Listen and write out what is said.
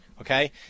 okay